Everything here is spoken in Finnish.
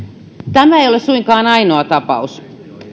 tämä ei ole suinkaan ainoa tapaus